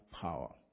power